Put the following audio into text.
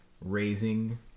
raising